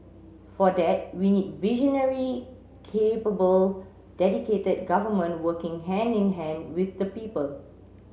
for that we need visionary capable dedicated government working hand in hand with the people